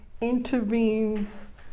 intervenes